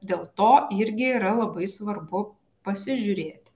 dėl to irgi yra labai svarbu pasižiūrėti